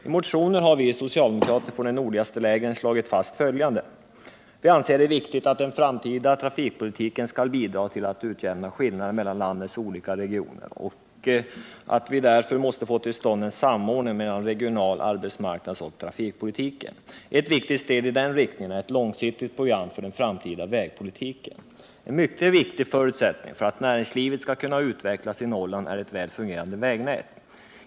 I motionen har vi socialdemokrater från de nordligaste länen slagit fast följande: Vi anser det viktigt att den framtida trafikpolitiken skall bidra till att utjämna skillnader mellan landets olika regioner och att vi därför måste få till stånd en samordning mellan regional-, arbetsmarknadsoch trafikpolitiken. Ett viktigt steg i den riktningen är ett långsiktigt program för den framtida vägpolitiken. En mycket viktig förutsättning för att näringslivet skall kunna utvecklas i Norrland är ett väl fungerande vägnät.